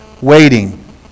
waiting